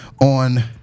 on